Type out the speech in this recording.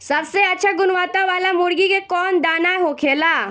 सबसे अच्छा गुणवत्ता वाला मुर्गी के कौन दाना होखेला?